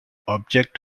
object